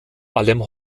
allem